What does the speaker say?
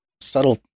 subtle